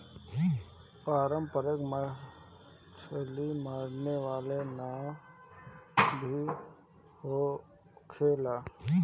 पारंपरिक मछरी मारे वाला नाव भी होखेला